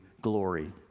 glory